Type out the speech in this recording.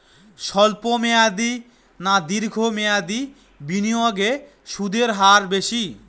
স্বল্প মেয়াদী না দীর্ঘ মেয়াদী বিনিয়োগে সুদের হার বেশী?